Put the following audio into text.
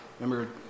Remember